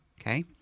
okay